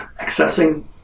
accessing